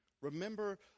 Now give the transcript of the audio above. Remember